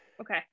Okay